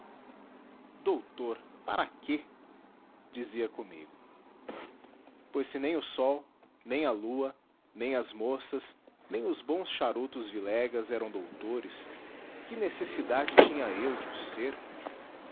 doutor doutor para quê dizia comigo pois se nem o sol nem a lua nem as moças nem os bons charutos vilegas eram doutores que necessidade tinha eu de o ser